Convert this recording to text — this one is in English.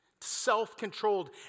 self-controlled